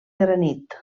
granit